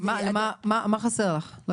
לא הבנתי מה חסר לך.